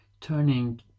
turning